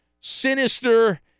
sinister